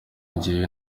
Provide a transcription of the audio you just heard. njyewe